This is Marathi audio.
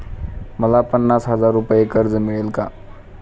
मला पन्नास हजार रुपये कर्ज मिळेल का?